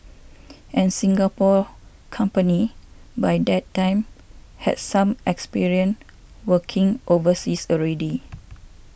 and Singapore company by that time had some experience working overseas already